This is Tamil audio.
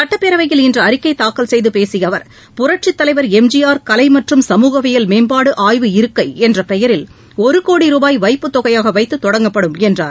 சட்டப்பேரவையில் இன்று அறிக்கை தாக்கல் செய்து பேசிய அவர் புரட்சித்தலைவர் எம்ஜிஆர் கலை மற்றும் சமூகவியல் மேம்பாடு ஆய்வு இருக்கை என்ற பெயரில் ஒரு கோடி ரூபாய் வைப்புத் தொகையாக வைத்து தொடங்கப்படும் என்றார்